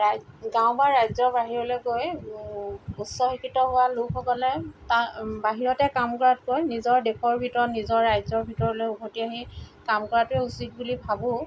ৰাই গাঁও বা ৰাজ্যৰ বাহিৰলৈ গৈ উচ্চশিক্ষিত হোৱা লোকসকলে তাবাহিৰতে কাম কৰাতকৈ নিজৰ দেশৰ ভিতৰত নিজৰ ৰাজ্যৰ ভিতৰলৈ ওভতি আহি কাম কৰাটোৱে উচিত বুলি ভাবোঁ